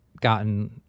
gotten